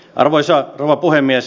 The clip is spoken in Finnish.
arvoisa rouva puhemies